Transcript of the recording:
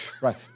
Right